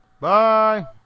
bye